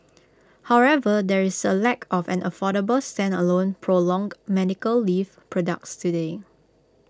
however there is A lack of an affordable standalone prolonged medical leave products today